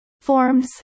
Forms